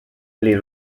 ali